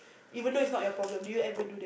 even though it's not your problem do you ever do